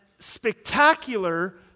spectacular